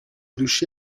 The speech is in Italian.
riuscì